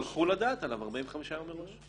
יצטרכו לדעת עליו 45 יום מראש,